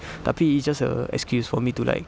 tapi it's just a excuse for me to like